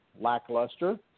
lackluster